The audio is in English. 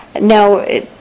Now